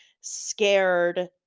scared